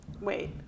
Wait